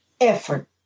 effort